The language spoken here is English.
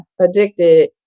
addicted